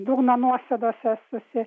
dugno nuosėdose susi